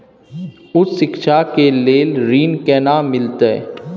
उच्च शिक्षा के लेल ऋण केना मिलते?